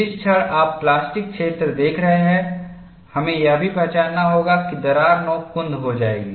जिस क्षण आप प्लास्टिक क्षेत्र देख रहे हैं हमें यह भी पहचानना होगा कि दरार नोक कुंद हो जाएगी